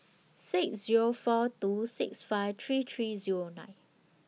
six Zero four two six five three three Zero nine